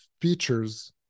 features